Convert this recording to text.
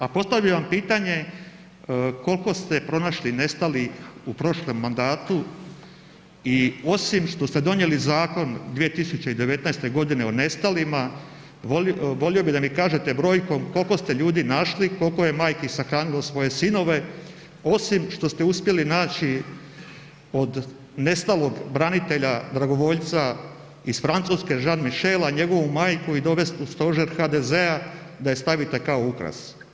A postavio bi vam pitanje koliko ste pronašli nestalih u prošlom mandatu i osim što ste donijeli zakon 2019. godine o nestalima volio bih da mi kažete brojkom koliko ste ljudi našli, koliko je majki sahranilo svoje sinove osim što ste uspjeli naći od nestalog branitelja dragovoljca iz Francuske Jean-Michela, njegovu majku i dovest u stožer HDZ-a da je stavite kao ukras.